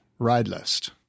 RideList